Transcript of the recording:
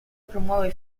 promuove